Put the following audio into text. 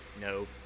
No